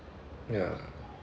ya